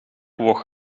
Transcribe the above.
woog